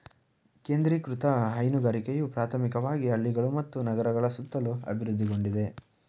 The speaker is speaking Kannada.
ಕೇಂದ್ರೀಕೃತ ಹೈನುಗಾರಿಕೆಯು ಪ್ರಾಥಮಿಕವಾಗಿ ಹಳ್ಳಿಗಳು ಮತ್ತು ನಗರಗಳ ಸುತ್ತಲೂ ಅಭಿವೃದ್ಧಿಗೊಂಡಿದೆ